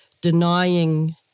denying